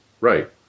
Right